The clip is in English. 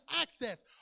access